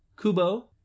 Kubo